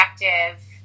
effective